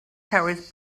carries